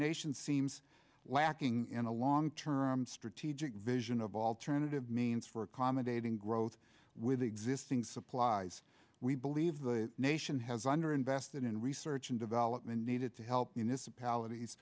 nation seems lacking in a long term strategic vision of alternative means for accommodating growth with existing supplies we believe the nation has under invested in research and development needed to help in this a